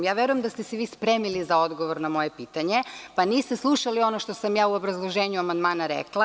Verujem da ste se vi spremili za odgovor na moje pitanje, pa niste slušali ono što sam ja u obrazloženju amandmana rekla.